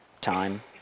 time